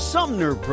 Sumner